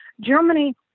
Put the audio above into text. Germany